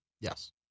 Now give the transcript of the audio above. Yes